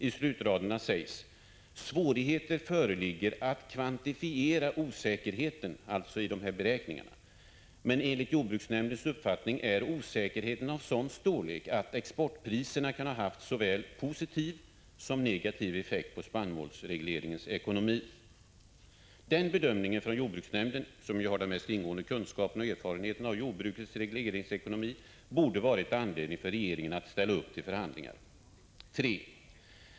I slutraderna sägs: ”Svårighe ter föreligger att kvantifiera osäkerheten” — alltså osäkerheten i beräkningarna — ”men enligt jordbruksnämndens uppfattning är osäkerheten av sådan storlek att exportpriserna kan ha haft såväl positiv som negativ effekt på spannmålsregleringens ekonomi.” Den bedömningen från jordbruksnämnden, som har den mest ingående kunskapen om och erfarenheten av jordbrukets regleringsekonomi, borde ha varit anledning för regeringen att ställa upp i förhandlingar. 3.